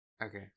Okay